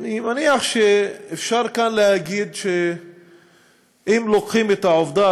אני מניח שאפשר כאן להגיד שאם לוקחים את העובדה